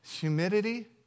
humidity